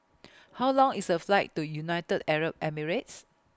How Long IS A Flight to United Arab Emirates